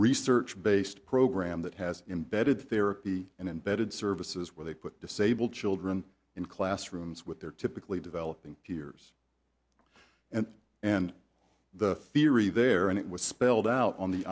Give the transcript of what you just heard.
research based program that has embedded therapy and embedded services where they put disabled children in classrooms with their typically developing hears and and the theory there and it was spelled out on the